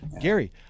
gary